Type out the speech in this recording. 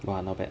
!wah! not bad